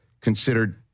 considered